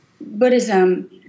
Buddhism